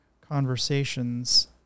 conversations